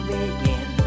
begin